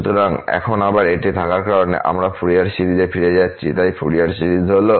সুতরাং এখন আবার এটি থাকার কারণে আমরা ফুরিয়ার সিরিজে ফিরে যাচ্ছি তাই ফুরিয়ার সিরিজ হল